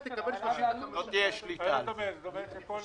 לא תהיה שליטה על זה.